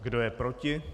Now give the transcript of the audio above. Kdo je proti?